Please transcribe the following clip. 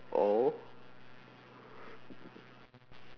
all